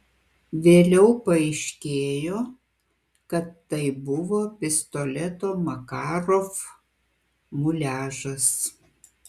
vėliau paaiškėjo kad tai buvo pistoleto makarov muliažas